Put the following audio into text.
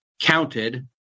counted